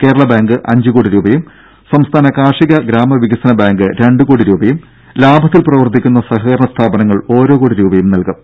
കേരളബാങ്ക് അഞ്ച് കോടി രൂപയും സംസ്ഥാന കാർഷിക ഗ്രാമ വികസന ബാങ്ക് രണ്ട് കോടി രൂപയും ലാഭത്തിൽ പ്രവർത്തിക്കുന്ന സഹകരണ സ്ഥാപനങ്ങൾ ഓരോ കോടി രൂപയും നൽകും